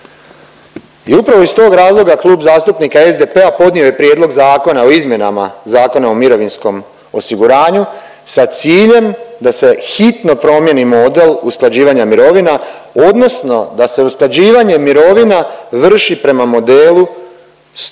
I upravo iz tog razloga Klub zastupnika SDP-a podnio je Prijedlog zakona o izmjenama Zakona o mirovinskom osiguranju sa ciljem da se hitno promijeni model usklađivanja mirovina, odnosno da se usklađivanje mirovina vrši prema modelu 100:0.